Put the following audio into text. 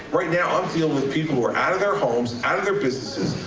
right now, i'm dealing with people who are out of their homes, out of their businesses,